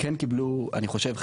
כן קיבלו אני חושב,